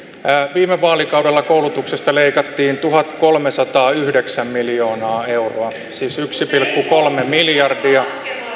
viime vaalikaudella koulutuksesta leikattiin tuhatkolmesataayhdeksän miljoonaa euroa siis yksi pilkku kolme miljardia